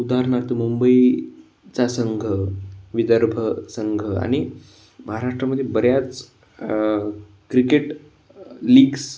उदाहरणार्थ मुंबईचा संघ विदर्भ संघ आणि महाराष्ट्रामध्ये बऱ्याच क्रिकेट लिग्स